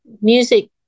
Music